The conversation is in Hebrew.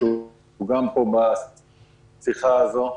שגם נמצא פה בשיחה הזו,